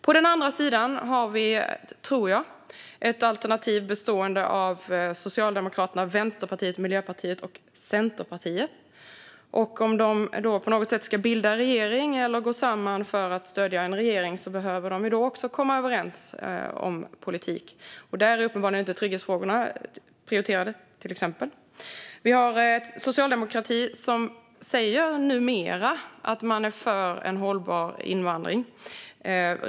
På andra sidan har vi - tror jag - ett alternativ bestående av Socialdemokraterna, Vänsterpartiet, Miljöpartiet och Centerpartiet. Om de på något sätt ska bilda regering eller gå samman för att stödja en regering behöver de ju också komma överens om politik. Där är till exempel trygghetsfrågorna uppenbarligen inte prioriterade. Vi har en socialdemokrati som numera säger att man är för en hållbar invandring.